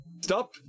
Stop